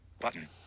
Button